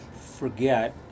forget